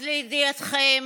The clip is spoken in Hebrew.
אז לידיעתכם,